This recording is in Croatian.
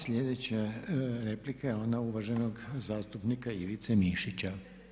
Sljedeća replika je ona uvaženog zastupnika Ivice Mišića.